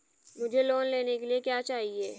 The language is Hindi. मुझे लोन लेने के लिए क्या चाहिए?